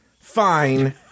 fine